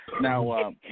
Now